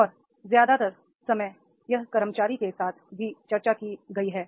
और ज्यादातर समय यह कर्मचारी के साथ भी चर्चा की गई है